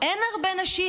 "אין הרבה נשים,